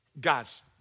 Guys